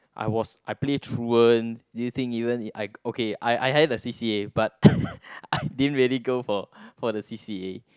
I was I play truant do you think even if I okay I I had a C_c_A but I didn't really go for for the C C A